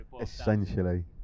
essentially